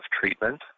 treatment